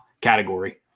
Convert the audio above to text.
category